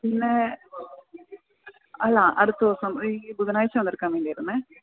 പിന്നെ അല്ല അടുത്ത ദിവസം ഈ ബുധനാഴ്ച വന്നെടുക്കാന് വേണ്ടിയായിരുന്നേ